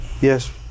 yes